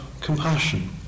compassion